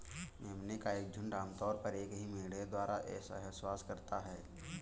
मेमने का एक झुंड आम तौर पर एक ही मेढ़े द्वारा सहवास करता है